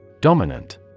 DOMINANT